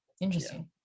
Interesting